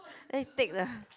then you take the